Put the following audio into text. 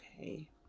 Okay